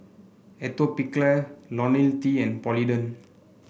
Atopiclair LoniL T and Polident